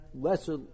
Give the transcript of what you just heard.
lesser